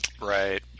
Right